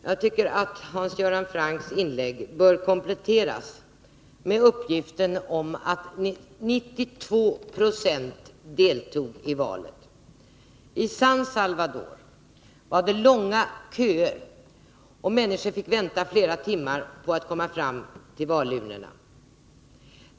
Herr talman! Jag tycker att Hans Göran Francks inlägg bör kompletteras med uppgiften att 92 20 deltog i valet. I San Salvador var det långa köer, och människor fick vänta flera timmar på att komma fram till valurnorna.